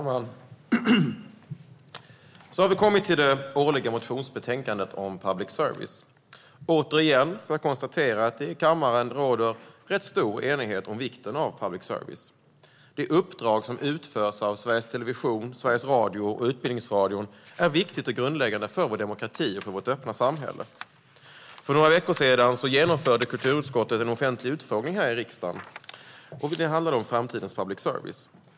Fru talman! Så har vi kommit till det årliga motionsbetänkandet om public service. Återigen får jag konstatera att det i kammaren råder rätt stor enighet om vikten av public service. Det uppdrag som utförs av Sveriges Television, Sveriges Radio och Utbildningsradion är viktigt och grundläggande för vår demokrati och för vårt öppna samhälle. För några veckor sedan genomförde kulturutskottet en offentlig utfrågning i riksdagen. Den handlade om framtidens public service.